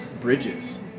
bridges